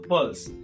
Pulse